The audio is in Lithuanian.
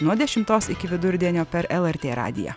nuo dešimtos iki vidurdienio per lrt radiją